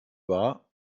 wahr